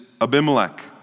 Abimelech